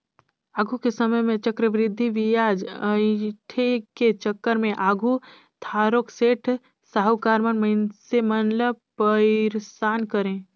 आघु के समे में चक्रबृद्धि बियाज अंइठे के चक्कर में आघु थारोक सेठ, साहुकार मन मइनसे मन ल पइरसान करें